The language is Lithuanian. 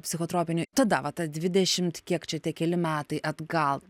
psichotropinių tada va ta dvidešimt kiek čia tie keli metai atgal